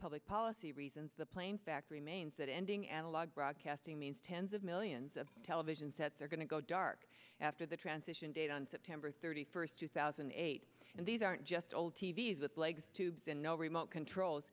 public policy reasons the plain fact remains that ending analog broadcasting means tens of millions of television sets are going to go dark after the transition date on september thirty first two thousand and eight and these aren't just old t v s with legs tubes and no remote control